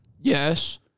Yes